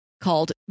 called